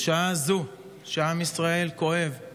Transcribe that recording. בשעה זו שבה עם ישראל כואב את